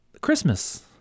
Christmas